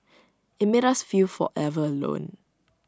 IT made us feel forever alone